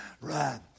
right